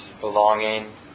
belonging